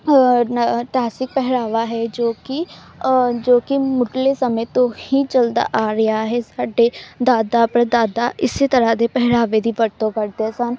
ਨ ਇਤਿਹਾਸਿਕ ਪਹਿਰਾਵਾ ਹੈ ਜੋ ਕਿ ਜੋ ਕਿ ਮੁੱਢਲੇ ਸਮੇਂ ਤੋਂ ਹੀ ਚਲਦਾ ਆ ਰਿਹਾ ਹੈ ਸਾਡੇ ਦਾਦਾ ਪੜਦਾਦਾ ਇਸੇ ਤਰ੍ਹਾਂ ਦੇ ਪਹਿਰਾਵੇ ਦੀ ਵਰਤੋਂ ਕਰਦੇ ਸਨ